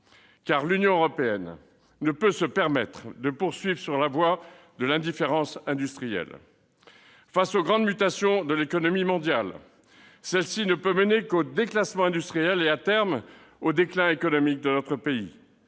: l'Union européenne ne peut pas se permettre de poursuivre sur la voie de l'indifférence industrielle. Face aux grandes mutations de l'économie mondiale, cette évolution ne peut mener qu'au déclassement industriel et, à terme, au déclin économique de la